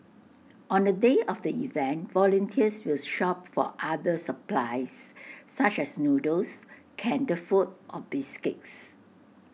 on the day of the event volunteers will shop for other supplies such as noodles canned food or biscuits